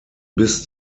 bis